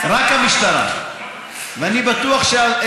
אז השר